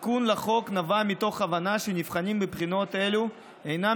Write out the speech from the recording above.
התיקון לחוק נבע מתוך הבנה שנבחנים בבחינות אלו אינם